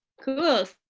cool.